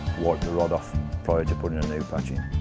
wipe the rod off prior to putting a new patch in.